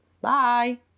Bye